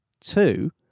two